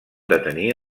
detenir